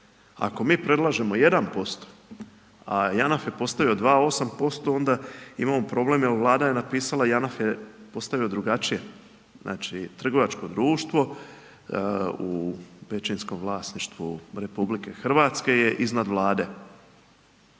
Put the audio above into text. Ako mi predlažemo 1%, a JANAF je postavio 2,8% onda imamo problem jel Vlada je napisala JANAF je postavio drugačije. Znači, trgovačko društvo u većinskom vlasništvu RH je iznad Vlade.